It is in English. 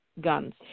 guns